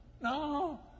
No